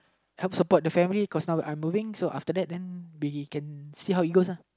help support the family cause now I'm moving so after that then we can see how it goes uh